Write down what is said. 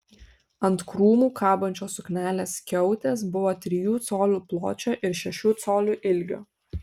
ant krūmų kabančios suknelės skiautės buvo trijų colių pločio ir šešių colių ilgio